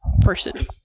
person